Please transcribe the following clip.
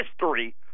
history